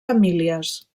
famílies